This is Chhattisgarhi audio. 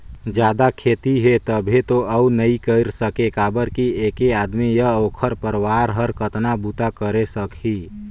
जादा खेती हे तभे तो अउ नइ कर सके काबर कि ऐके आदमी य ओखर परवार हर कतना बूता करे सकही